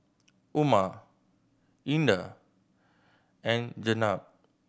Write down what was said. Umar Indah and Jenab